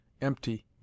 empty